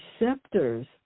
receptors